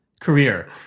career